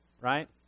right